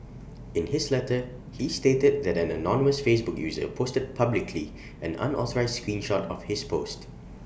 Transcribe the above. in his letter he stated that an anonymous Facebook user posted publicly an unauthorised screen shot of his post